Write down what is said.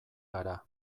gara